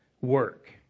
work